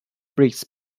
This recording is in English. brisk